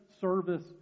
service